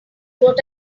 what